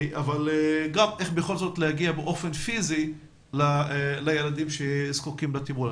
אבל גם איך בכל זאת להגיע באופן פיזי לילדים שזקוקים לטיפול.